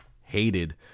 hated